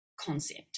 concept